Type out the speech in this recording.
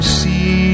see